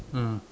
ah